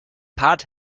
pad